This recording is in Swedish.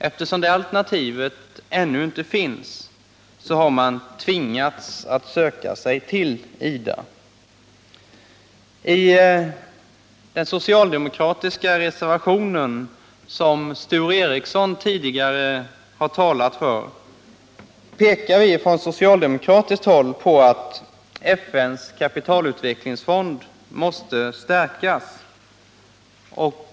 Eftersom det alternativet ännu inte finns har man tvingats att söka sig till IDA. I den socialdemokratiska reservationen, som Sture Ericson tidigare har talat för, pekar vi på att FN:s kapitalutvecklingsfond måste stärkas.